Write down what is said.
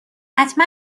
حتما